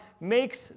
makes